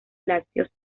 lácteos